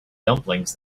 dumplings